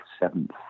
seventh